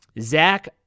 Zach